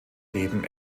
leben